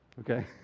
okay